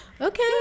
okay